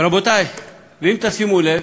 רבותי, אם תשימו לב,